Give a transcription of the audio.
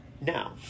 Now